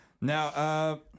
Now